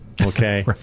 Okay